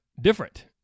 Different